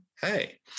hey